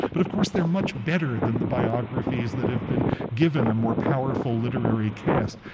but, of course, they're much better than the biographies that have been given a more powerful literary cast.